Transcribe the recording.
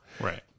Right